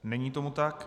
Není tomu tak.